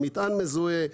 המטען מזוהה,